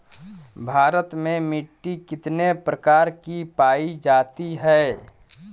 भारत में मिट्टी कितने प्रकार की पाई जाती हैं?